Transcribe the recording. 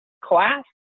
class